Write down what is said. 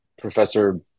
professor